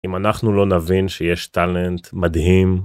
אם אנחנו לא נבין שיש טאלנט מדהים.